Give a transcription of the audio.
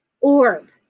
orb